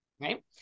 Right